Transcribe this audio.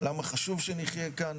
למה חשוב שנחיה כאן,